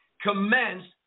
commenced